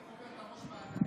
אני הייתי קובר את הראש באדמה,